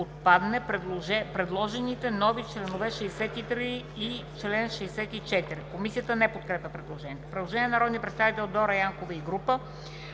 отпаднат предложените нови чл. 63 и чл. 64.“ Комисията не подкрепя предложението. Предложение на народния представител Дора Янкова и група